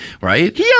right